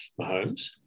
Mahomes